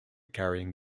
carrying